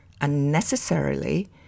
unnecessarily